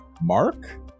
Mark